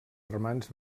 germans